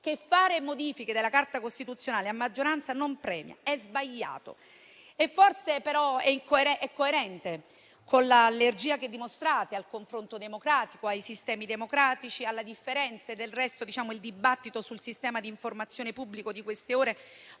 che apportare modifiche alla Carta costituzionale a maggioranza non premia ed è sbagliato, ma forse è coerente con l'allergia che dimostrate al confronto democratico, ai sistemi democratici e alle differenze. Del resto, il dibattito sul sistema pubblico di informazione di queste ore